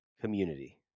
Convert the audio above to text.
community